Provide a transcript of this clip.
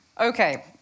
Okay